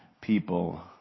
people